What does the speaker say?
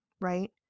right